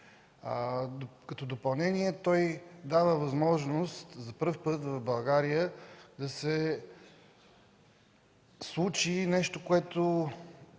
Като допълнение, той дава възможност за пръв път в България да се случи нещо, което